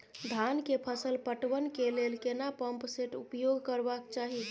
धान के फसल पटवन के लेल केना पंप सेट उपयोग करबाक चाही?